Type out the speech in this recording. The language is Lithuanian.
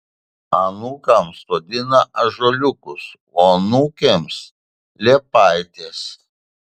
anūkams sodina ąžuoliukus o anūkėms liepaites